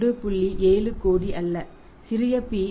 70 கோடி அல்ல சிறிய p 54